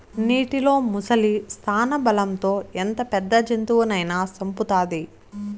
నీటిలో ముసలి స్థానబలం తో ఎంత పెద్ద జంతువునైనా సంపుతాది